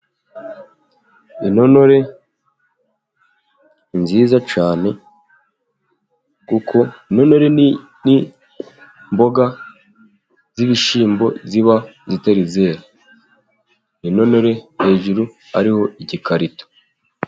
Intonore ni nziza cyane kuko intonore ni imboga z'ibishyimbo ziba zitari zera, intonore hejuru hariho igikarito.